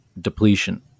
depletion